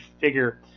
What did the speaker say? figure –